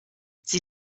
sie